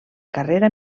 carrera